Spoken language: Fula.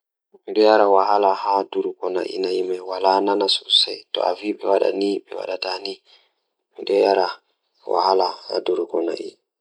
Miɗo waɗa yiɗde sabu ngal e jaangol ngal. Mi njiddaade koo mi haɓɓe nguurndam ko ɗum waɗi, Mi waɗa waɗude njangol fiyaangu ngal.